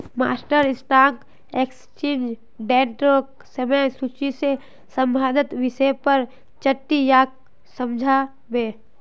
master stock exchange ट्रेडिंगक समय सूची से संबंधित विषय पर चट्टीयाक समझा बे